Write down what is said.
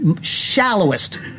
shallowest